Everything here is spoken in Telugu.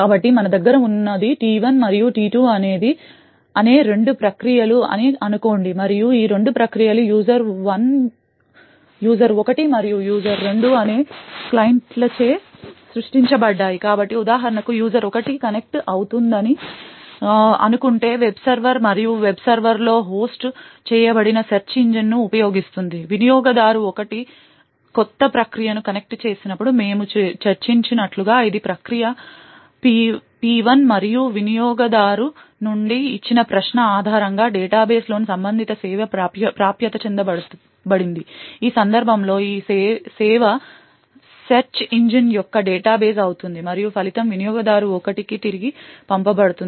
కాబట్టి మన దగ్గర ఉన్నది T1 మరియు T2 అనే రెండు ప్రక్రియలు అని అనుకోండి మరియు ఈ రెండు ప్రక్రియలు యూజర్ 1 మరియు యూజర్ 2 అనే రెండు క్లయింట్లచే సృష్టించబడ్డాయి కాబట్టి ఉదాహరణకు యూజర్ 1 కనెక్ట్ అవుతుందని అనుకుంటే వెబ్ సర్వర్ మరియు వెబ్ సర్వర్లో హోస్ట్ చేయబడిన సెర్చ్ ఇంజిన్ను ఉపయోగిస్తోంది వినియోగదారు 1 కొత్త ప్రక్రియను కనెక్ట్ చేసినప్పుడు మేము చర్చించినట్లుగా ఇది ప్రక్రియ P1 మరియు వినియోగదారు నుండి వచ్చిన ప్రశ్న ఆధారంగా డేటా బేస్లోని సంబంధిత సేవ ప్రాప్యత చేయబడింది ఈ సందర్భంలో ఈ సేవ సెర్చ్ ఇంజిన్ యొక్క డేటా బేస్ అవుతుంది మరియు ఫలితం వినియోగదారు 1 కి తిరిగి పంపబడుతుంది